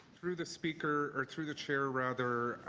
through the speaker or through the chair, rather,